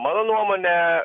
mano nuomone